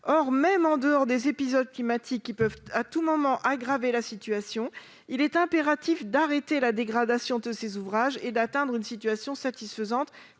Or, même en dehors des épisodes climatiques qui peuvent à tout moment aggraver la situation, il est impératif d'arrêter la dégradation de ces ouvrages et d'atteindre une situation satisfaisante